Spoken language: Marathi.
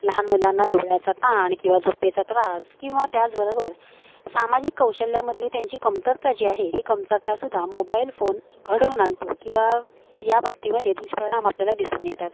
लहान मुलांना डोळ्याचा ताण किंवा झोपेचा त्रास किंवा त्याचबरोबर सामाजिक कौशल्यामधली त्यांची कमतरता जी आहे ही कमतरतासुद्धा मोबाईल फोन घडवून आणतो किंवा याबाबतीमध्ये दुष्परिणाम आपल्याला दिसून येतात